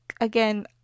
again